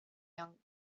young